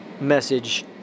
message